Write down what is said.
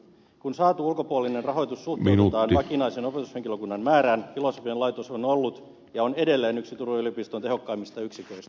kun saatu ulkopuolinen rahoitus suhteutetaan vakinaisen opetushenkilökunnan määrään filosofian laitos on ollut ja on edelleen yksi turun yliopiston tehokkaimmista yksiköistä